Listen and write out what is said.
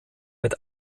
mit